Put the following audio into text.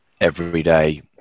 everyday